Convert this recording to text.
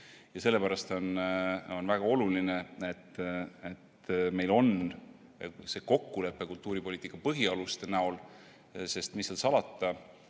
Sellepärast on väga oluline, et meil on kokkulepe kultuuripoliitika põhialuste näol olemas, sest mis seal salata,